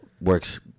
works